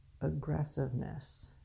aggressiveness